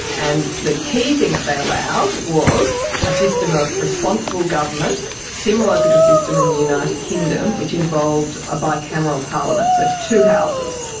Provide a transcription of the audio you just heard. and the key thing that they allowed was a system of responsible government similar to the system in the united kingdom which involved a bicameral parliament, so two houses.